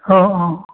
औ